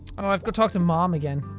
ah i've gotta talk to mum um again.